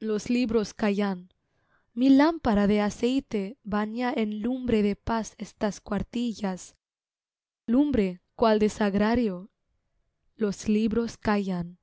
los libros callan mi lámpara de aceite baña en lumbre de paz estas cuartillas lumbre cual de sagrario los libros callan